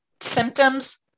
symptoms